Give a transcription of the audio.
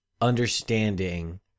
understanding